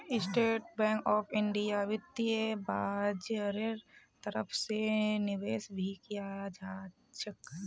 state bank of इन्डियात वित्तीय बाजारेर तरफ से निवेश भी कियाल जा छे